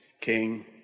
king